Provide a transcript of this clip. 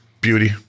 Beauty